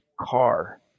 car